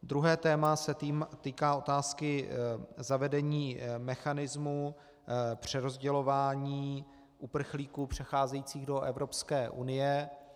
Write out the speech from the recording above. Druhé téma se týká otázky zavedení mechanismu přerozdělování uprchlíků přicházejících do Evropské unie.